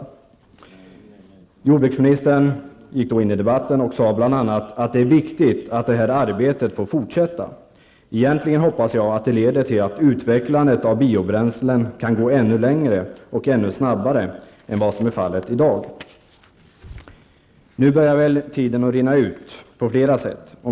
Då gick jordbruksministern in i debatten och sade bl.a. att det är viktigt att det här arbetet får fortsätta. Egentligen hoppas jag att det leder till att utvecklandet av biobränslen kan gå ännu längre och ännu snabbare än vad som är fallet i dag. Nu börjar tiden att rinna ut på flera sätt.